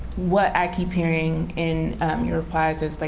what i keep hearing in your replies is, like,